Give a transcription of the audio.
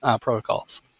protocols